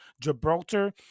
gibraltar